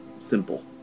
simple